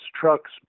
trucks